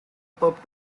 pub